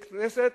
כנסת,